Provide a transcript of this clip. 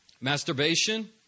Masturbation